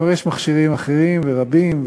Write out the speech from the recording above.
כבר יש מכשירים אחרים ורבים,